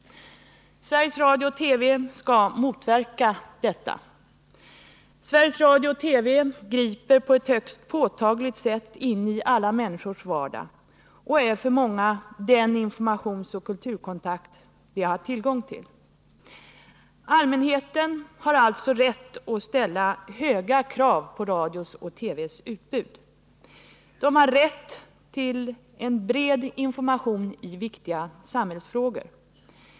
Radio och TV skall motverka detta. Radio och TV griper på ett högst påtagligt sätt in i alla människors vardag och är för många den informationsoch kulturkontakt de har tillgång till. Allmänheten har alltså rätt att ställa höga krav på radions och TV:ns utbud. De har rätt till en bred information i viktiga samhällsfrågor.